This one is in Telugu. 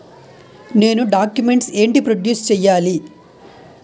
నేను డాక్యుమెంట్స్ ఏంటి ప్రొడ్యూస్ చెయ్యాలి?